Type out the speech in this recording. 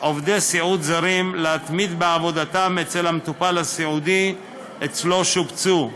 עובדי סיעוד זרים להתמיד בעבודתם אצל המטופל הסיעודי שאצלו שובצו.